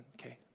okay